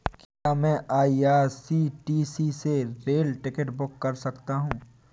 क्या मैं आई.आर.सी.टी.सी से रेल टिकट बुक कर सकता हूँ?